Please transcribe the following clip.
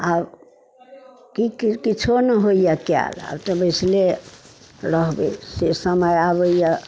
आब की की किछो नहि होइए कयल आब तऽ बैसले रहबै से समय आबैये